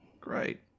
Great